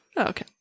okay